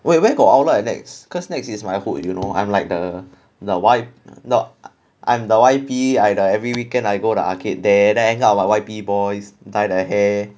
wait where got outlet at nex cause nex is my hood you know I'm like the the Y not I'm the Y_P at the every weekend I go the arcade then end up my Y_P boys dyed the hair